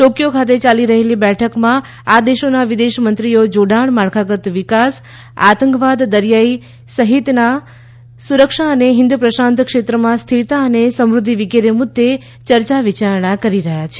Tokyo ખાતે યાલી રહેલી બેઠકમાં આ દેશોના વિદેશમંત્રીઓ જોડાણ માળખાગત વિકાસ આંતકવાદ દરિયાઇ સંરક્ષણ સહિત સુરક્ષા અને હિન્દ પ્રશાંત ક્ષેત્રમાં સ્થિરતા અને સમૃધ્યિ વિગેરે મુદ્દે ચર્ચા વિચારણા કરી રહ્યાં છે